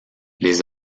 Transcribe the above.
les